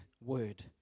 word